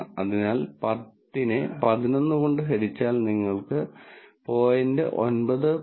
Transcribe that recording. അതിനാൽ 10 നെ 11 കൊണ്ട് ഹരിച്ചാൽ നിങ്ങൾക്ക് 0